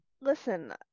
Listen